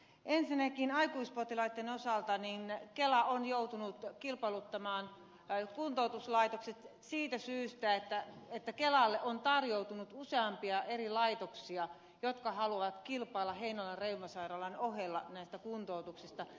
ensinnäkin aikuispotilaiden osalta kela on joutunut kilpailuttamaan kuntoutuslaitokset siitä syystä että kelalle on tarjoutunut useampia laitoksia jotka haluavat kilpailla heinolan reumasairaalan ohella tästä kuntoutuksesta